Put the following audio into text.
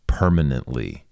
permanently